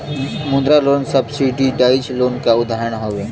मुद्रा loan subsidise loan क उदाहरण हौ